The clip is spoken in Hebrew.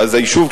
ואז היישוב,